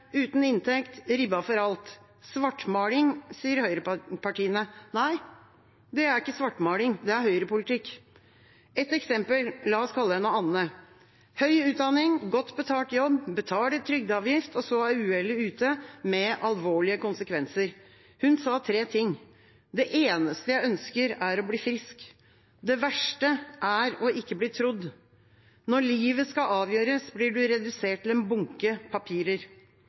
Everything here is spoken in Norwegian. uten inntekt, ribbet for alt. Svartmaling, sier høyrepartiene. Nei, det er ikke svartmaling. Det er høyrepolitikk. Ett eksempel: La oss kalle henne Anne: høy utdanning, godt betalt jobb, betaler trygdeavgift, men så er uhellet ute, med alvorlige konsekvenser. Hun sa tre ting: Det eneste jeg ønsker, er å bli frisk! Det verste er å ikke bli trodd. Når livet skal avgjøres, blir du redusert til en bunke papirer.